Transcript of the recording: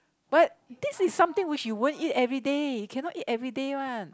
what this is something which you won't eat everyday cannot eat everyday one